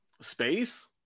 Space